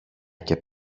και